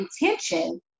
intention